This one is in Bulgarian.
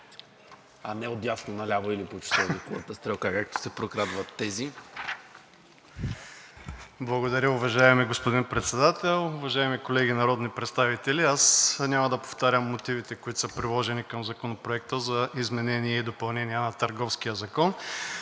а не от дясно на ляво или по часовниковата стрелка, както се прокрадват тези. МИЛЕН МАТЕЕВ (ГЕРБ-СДС): Благодаря, уважаеми господин Председател. Уважаеми колеги народни представители, няма да повтарям мотивите, които са приложени към Законопроекта за изменение и допълнение на Търговския закон,